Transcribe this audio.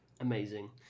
Amazing